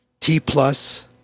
T-plus